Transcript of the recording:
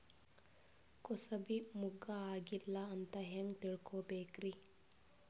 ಕೂಸಬಿ ಮುಗ್ಗ ಆಗಿಲ್ಲಾ ಅಂತ ಹೆಂಗ್ ತಿಳಕೋಬೇಕ್ರಿ?